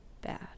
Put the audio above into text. bad